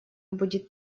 будет